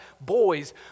boys